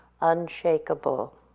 unshakable